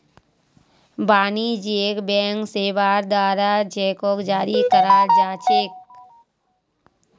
वाणिज्यिक बैंक सेवार द्वारे चेको जारी कराल जा छेक